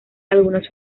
algunos